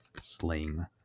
sling